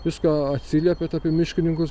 viską atsiliepiat apie miškininkus